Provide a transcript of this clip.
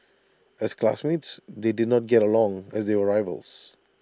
as classmates they did not get along as they were rivals